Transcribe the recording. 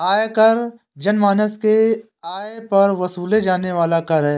आयकर जनमानस के आय पर वसूले जाने वाला कर है